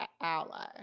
ally